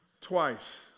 Twice